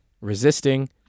resisting